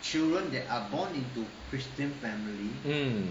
mm